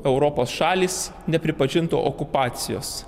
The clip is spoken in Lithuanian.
europos šalys nepripažintų okupacijos